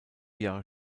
jahre